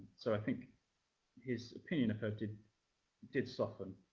so i think his opinion of her did did soften.